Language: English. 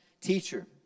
Teacher